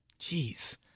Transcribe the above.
Jeez